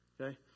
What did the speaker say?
Okay